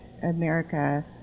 America